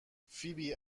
فیبی